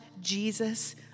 Jesus